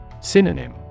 Synonym